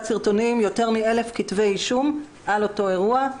סרטונים יותר מ-1,000 כתבי אישום על אותו אירוע.